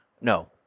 No